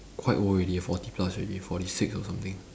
quite old already forty plus already forty six or something